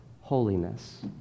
holiness